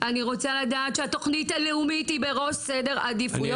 אני רוצה לדעת שהתוכנית הלאומית היא בראש סדר העדיפויות